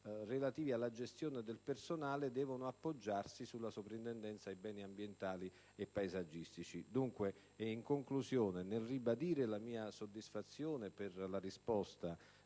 ‑ alla gestione del personale devono appoggiarsi alla Soprintendenza per i beni ambientali e paesaggistici. In conclusione, nel ribadire la mia soddisfazione per la risposta